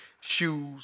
shoes